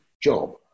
job